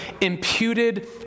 imputed